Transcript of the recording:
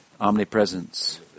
omnipresence